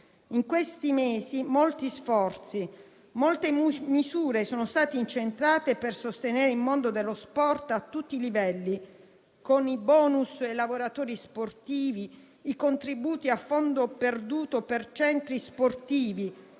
profusi molti sforzi e molte misure sono state incentrate sul sostegno al mondo dello sport a tutti i livelli, con il *bonus* ai lavoratori sportivi, i contributi a fondo perduto per centri sportivi,